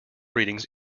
readings